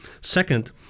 Second